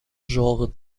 genre